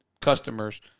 customers